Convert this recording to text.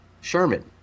Sherman